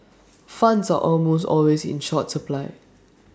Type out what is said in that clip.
funds are almost always in short supply